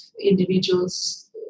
individuals